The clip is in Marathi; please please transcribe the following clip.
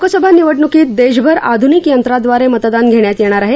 लोकसभा निवडणुकीत देशभर आधूनिक यंत्रादवारे मतदान घेण्यात येणार आहे